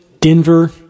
Denver